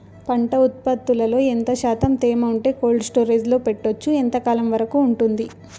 పంట ఉత్పత్తులలో ఎంత శాతం తేమ ఉంటే కోల్డ్ స్టోరేజ్ లో పెట్టొచ్చు? ఎంతకాలం వరకు ఉంటుంది